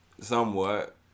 Somewhat